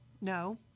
No